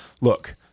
look